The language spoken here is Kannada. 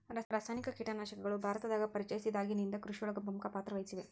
ರಾಸಾಯನಿಕ ಕೇಟನಾಶಕಗಳು ಭಾರತದಾಗ ಪರಿಚಯಸಿದಾಗನಿಂದ್ ಕೃಷಿಯೊಳಗ್ ಪ್ರಮುಖ ಪಾತ್ರವಹಿಸಿದೆ